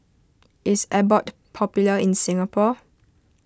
is Abbott popular in Singapore